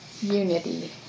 unity